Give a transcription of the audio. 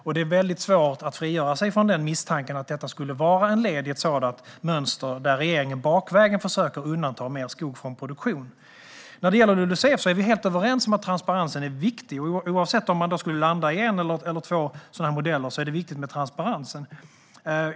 Det är väldigt svårt att frigöra sig från misstanken att detta skulle vara ett led i ett sådant mönster där regeringen bakvägen försöker undanta mer skog från produktion. När det gäller LULUCF är vi helt överens om att transparensen är viktig, oavsett om man skulle landa i en eller två modeller.